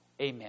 Amen